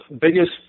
biggest